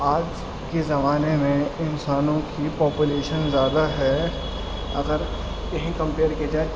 آج کے زمانے میں انسانوں کی پاپولیشن زیادہ ہے اگر یہی کمپیئر کیا جائے کہ وہ